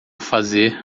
fazer